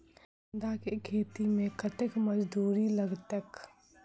गेंदा केँ खेती मे कतेक मजदूरी लगतैक?